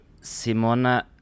Simona